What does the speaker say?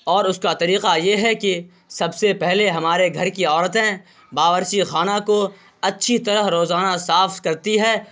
اور اس کا طریقہ یہ ہے کہ سب سے پہلے ہمارے گھر کی عورتیں باورچی خانہ کو اچھی طرح روزانہ صاف کرتی ہیں